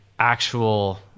Actual